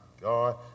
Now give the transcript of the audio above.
God